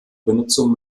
benutzung